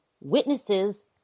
witnesses